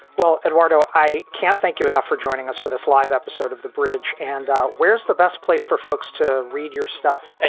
well, eduardo, i can't thank you enough for joining us for this live episode of the bridge and out. where's the best place for folks to read your stuff? ah